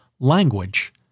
Language